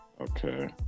Okay